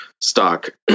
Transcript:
stock